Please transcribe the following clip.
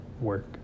work